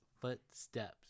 footsteps